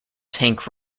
tank